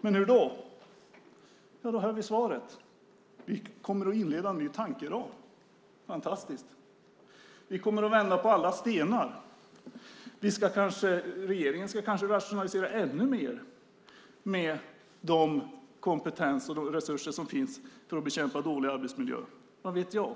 Men hur? Jo, vi hör svaret: Vi kommer att inleda en ny tankeram. Fantastiskt! Vi kommer att vända på alla stenar. Regeringen ska kanske rationalisera de kompetenser och de resurser som finns för att bekämpa dålig arbetsmiljö ännu mer, vad vet jag?